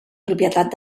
propietat